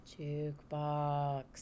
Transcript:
Jukebox